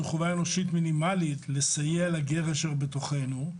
זו חובה אנושית מינימלית לסייע לגר אשר בתוכנו,